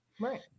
Right